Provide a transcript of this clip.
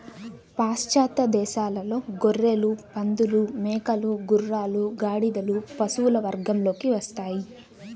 పాశ్చాత్య దేశాలలో గొర్రెలు, పందులు, మేకలు, గుర్రాలు, గాడిదలు పశువుల వర్గంలోకి వస్తాయి